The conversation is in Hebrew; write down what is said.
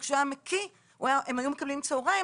וכשהוא היה מקיא הם היו מקבלים צהריים,